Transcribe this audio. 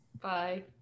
Bye